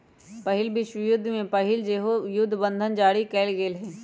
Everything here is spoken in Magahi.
पहिल विश्वयुद्ध से पहिले सेहो जुद्ध बंधन जारी कयल गेल हइ